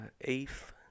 eighth